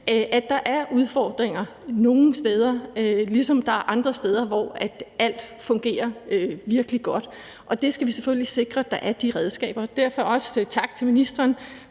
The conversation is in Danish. steder er udfordringer, ligesom der er andre steder, hvor alt fungerer virkelig godt. Vi skal selvfølgelig sikre, at der er de redskaber. Derfor vil jeg også sige tak til ministeren